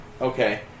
Okay